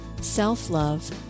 self-love